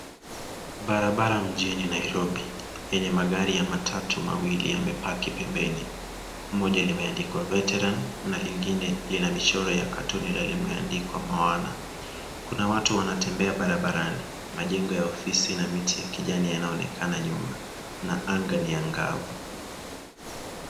Barabara mjini Nairobi yenye magari ya matatu mawili yamepaki pembeni. Moja limeandikwa Veteran na lingine lina michoro ya katuni na limeandikwa Moana . Kuna watu wanatembea barabarani, majengo ya ofisi na miti ya kijani yanaonekana nyuma na anga ni anga'vu.